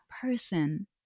person